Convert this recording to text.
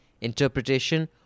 interpretation